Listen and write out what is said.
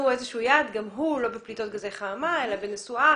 איזשהו יעד שגם הוא לא בפליטות גזי חממה אלא בנסועה.